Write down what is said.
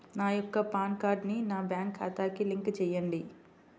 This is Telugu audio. నా యొక్క పాన్ కార్డ్ని నా బ్యాంక్ ఖాతాకి లింక్ చెయ్యండి?